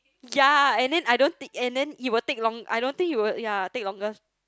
yea and then I don't and then you will take I don't think you will yea take longer